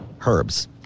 herbs